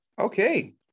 okay